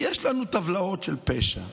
יש לנו טבלאות של פשע.